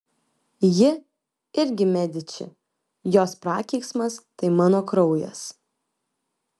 ji irgi mediči jos prakeiksmas tai mano kraujas